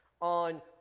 on